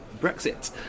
Brexit